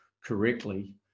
correctly